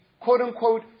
quote-unquote